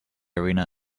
arena